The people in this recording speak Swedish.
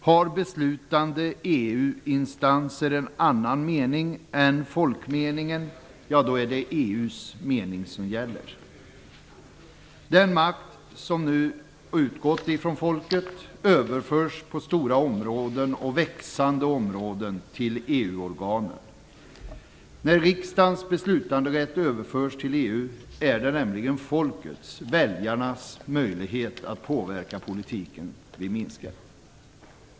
Har beslutande EU-instanser en annan mening än folkmeningen är det EU:s mening som gäller. Den makt som utgått från folket överförs nu på stora - och växande - områden till EU-organen. När riksdagens beslutanderätt överförs till EU är det nämligen folkets, väljarnas, möjlighet att påverka politiken vi minskar.